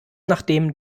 nachdem